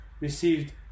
received